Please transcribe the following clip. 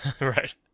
Right